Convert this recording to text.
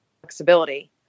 flexibility